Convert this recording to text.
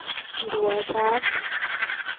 दो हज़ार